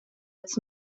its